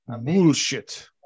Bullshit